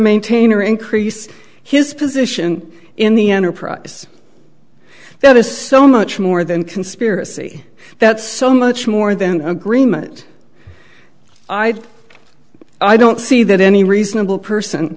maintain or increase his position in the enterprise that is so much more than conspiracy that's so much more than an agreement i don't see that any reasonable person